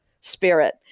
spirit